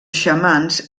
xamans